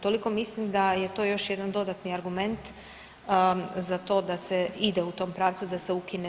Toliko mislim da je to još jedan dodatni argument za to da se ide u tom pravcu da se ukine